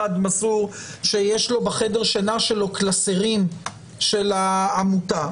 מסור שיש לו בחדר שינה שלו קלסרים של העמותה.